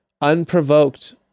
unprovoked